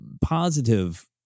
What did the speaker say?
positive